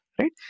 right